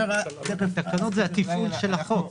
התקנות זה התפעול של החוק.